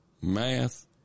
math